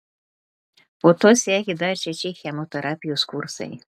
po to sekė dar šeši chemoterapijos kursai